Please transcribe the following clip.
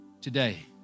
Today